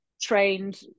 trained